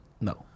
No